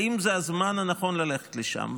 האם זה הזמן הנכון ללכת לשם?